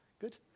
Good